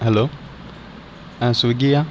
hello ஆ சுவிக்கியா